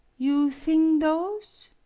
you thing those?